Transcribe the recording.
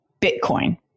Bitcoin